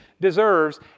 deserves